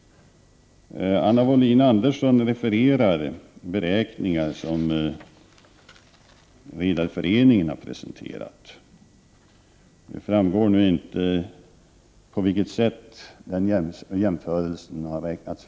Anna Wohlin-Andersson refererade till beräkningar som Redarföreningen har presenterat. Det framgår emellertid inte på vilket sätt dessa beräkningar har gjorts.